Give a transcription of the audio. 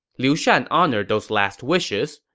liu shan honored those last wishes.